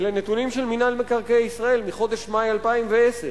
אלה נתונים של מינהל מקרקעי ישראל מחודש מאי 2010,